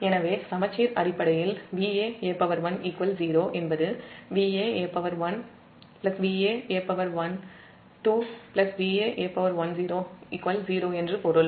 எனவே சமச்சீர் அடிப்படையில் Vaa1 0 என்பது Vaa11 Vaa12 Vaa10 0 என்று பொருள்